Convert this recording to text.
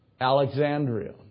Alexandria